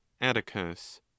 atticus